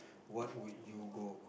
what would you go